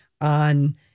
on